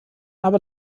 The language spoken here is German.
aber